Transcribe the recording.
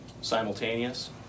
Simultaneous